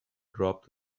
dropped